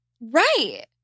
Right